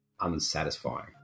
unsatisfying